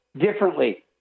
differently